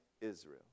Israel